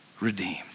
redeemed